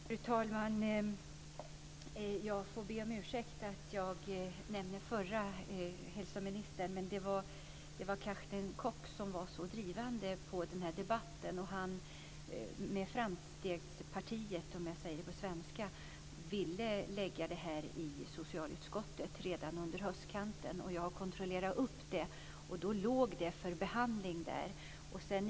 Fru talman! Jag får be om ursäkt för att jag nämnde den förre hälsovårdsministern Carsten Koch, men det var han som var så drivande i den här debatten och som med Framstegspartiet, om jag säger det på svenska, ville lägga frågan i socialutskottet redan under höstkanten. Jag kontrollerade det och fann att frågan låg för behandling där.